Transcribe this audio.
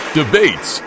debates